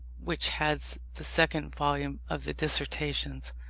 which heads the second volume of the dissertations.